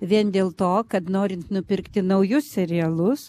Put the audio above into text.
vien dėl to kad norint nupirkti naujus serialus